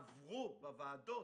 עברו בוועדות